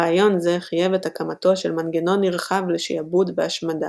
רעיון זה חייב את הקמתו של מנגנון נרחב לשעבוד והשמדה,